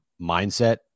mindset